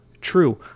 true